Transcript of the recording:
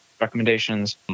recommendations